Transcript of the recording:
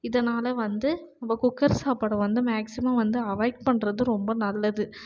இதனால் வந்து நம்ம குக்கர் சாப்பாடு வந்து மேக்சிமம் வந்து அவாய்ட் பண்ணுறது ரொம்ப நல்லது